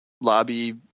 lobby